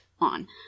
on